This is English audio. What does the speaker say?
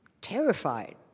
terrified